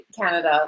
Canada